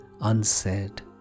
unsaid